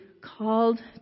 called